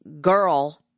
girl